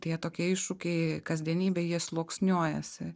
tie tokie iššūkiai kasdienybėj jie sluoksniuojasi